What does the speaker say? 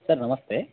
sir ನಮಸ್ತೆ